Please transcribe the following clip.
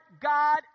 God